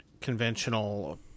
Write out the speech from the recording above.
conventional